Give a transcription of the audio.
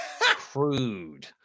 Crude